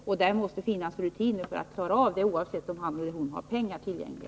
Och det måste finnas rutiner för att klara av det oavsett om han eller hon har pengar tillgängliga.